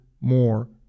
more